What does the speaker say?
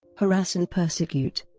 harass and persecute.